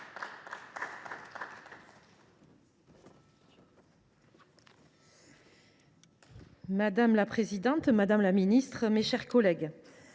Madame la présidente, madame la ministre, mes chers collègues,